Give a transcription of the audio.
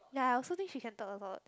ya I also think she can talk a lot